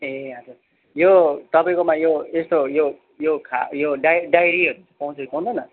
ए हजुर यो तपाईँकोमा यो यस्तो यो खा यो डाय डायरीहरू चाहिँ पाउँछ कि पाउँदैन